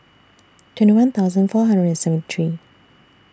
twenty one thousand four hundred and seventy three